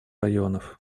районов